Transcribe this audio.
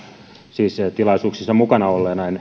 siis tilaisuuksissa mukana olleena en eläkettä saavana tietenkään että